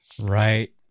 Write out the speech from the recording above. Right